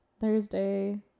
Thursday